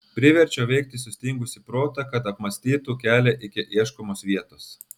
priverčiau veikti sustingusį protą kad apmąstytų kelią iki ieškomos vietos